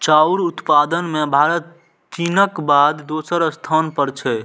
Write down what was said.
चाउर उत्पादन मे भारत चीनक बाद दोसर स्थान पर छै